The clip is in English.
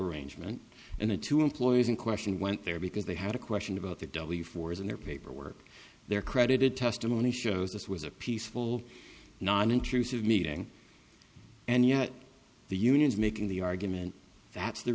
arrangement and the two employees in question went there because they had a question about the w four as in their paperwork their credited testimony shows this was a peaceful non intrusive meeting and yet the unions making the argument that's the